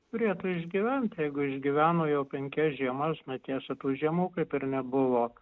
turėtų išgyvent jeigu išgyveno jau penkias žiemas na tiesa tų žiemų kaip ir nebuvo